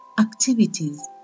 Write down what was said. activities